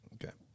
Okay